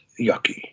yucky